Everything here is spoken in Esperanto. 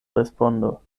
respondo